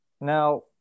Now